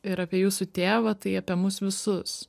ir apie jūsų tėvą tai apie mus visus